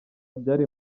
byari